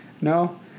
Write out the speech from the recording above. no